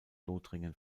lothringen